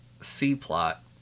C-plot